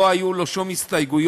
לא היו לו שום הסתייגויות.